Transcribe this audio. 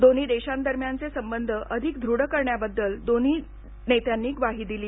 दोन्ही देशांदरम्यानचे संबंध अधिक दृढ करण्याबद्दल दोन्ही नेत्यांनी ग्वाही दिली